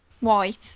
white